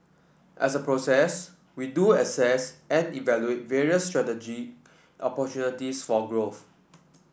as a process we do assess and evaluate various strategic for growth